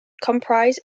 comprise